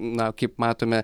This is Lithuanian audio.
na kaip matome